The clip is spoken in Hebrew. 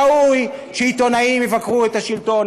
ראוי שעיתונאים יבקרו את השלטון,